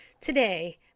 Today